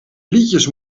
liedjes